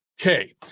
Okay